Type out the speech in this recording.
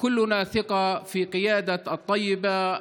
כולנו בטוחים שההנהגה בטייבה,